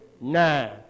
nine